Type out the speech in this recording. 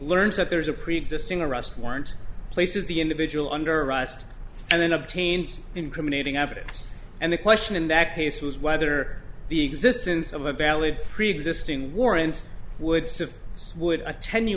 learns that there's a preexisting arrest warrant places the individual under arrest and then obtains incriminating evidence and the question in that case was whether the existence of a valid preexisting warrant would simply would atten